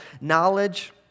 knowledge